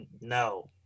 No